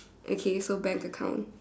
okay so bank account